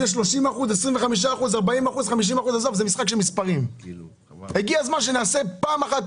היה בזמנו 40-60. אתה היית ראש